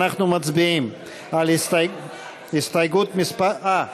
אנחנו מצביעים על הסתייגות מס' סליחה,